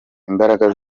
imbaraga